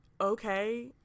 okay